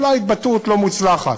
אולי התבטאות לא מוצלחת.